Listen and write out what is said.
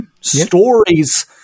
Stories